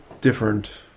different